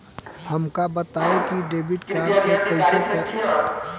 हमका बताई कि डेबिट कार्ड से कईसे काम होला?